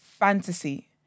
fantasy